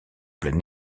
plein